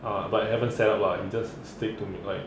ah but haven't set up lah he just stick to me like